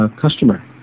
customer